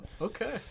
Okay